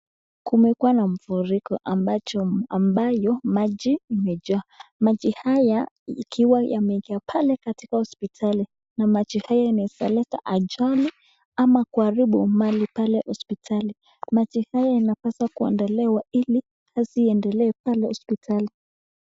Kumekuwa na mafuriko ambayo maji imejaa, maji haya ikiwa imeingia pale katika hosiptali na maji haya inaweza leta ajali ama kuharibu mali pale hosiptali, maji haya yanapaswa kuondolewa ili kazi iendelee pale hosiptali.